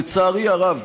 לצערי הרב,